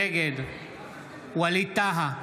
נגד ווליד טאהא